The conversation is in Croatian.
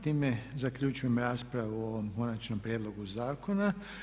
Time zaključujem raspravu o ovom konačnom prijedlogu zakona.